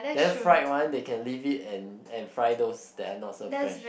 then fried one they can leave it and and fried those they are not so fresh